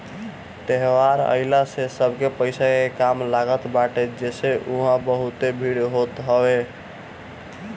त्यौहार आइला से सबके पईसा के काम लागत बाटे जेसे उहा बहुते भीड़ होत हवे